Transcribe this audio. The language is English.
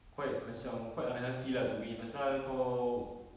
quite macam quite unhealthy lah to me pasal kau